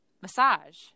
massage